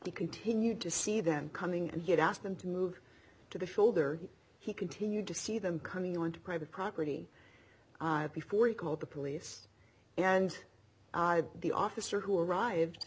continued to see them coming and get asked them to move to the shoulder he continued to see them coming on to private property before he called the police and the officer who arrived